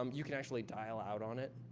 um you can actually dial out on it.